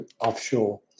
offshore